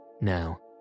Now